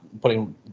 putting